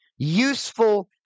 useful